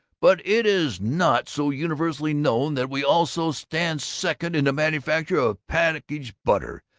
but it is not so universally known that we also stand second in the manufacture of package-butter,